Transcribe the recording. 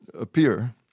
appear